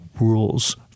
rules